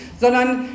sondern